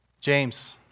James